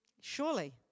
Surely